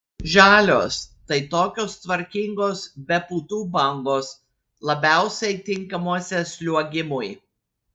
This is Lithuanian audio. žalios tai tokios tvarkingos be putų bangos labiausiai tinkamuose sliuogimui